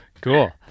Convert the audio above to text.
cool